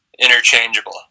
interchangeable